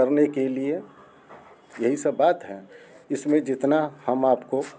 करने के लिए यही सब बात है इसमें जितना हम आपको